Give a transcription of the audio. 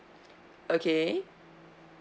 okay